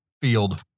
field